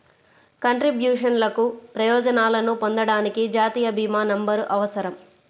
కంట్రిబ్యూషన్లకు ప్రయోజనాలను పొందడానికి, జాతీయ భీమా నంబర్అవసరం